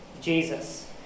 Jesus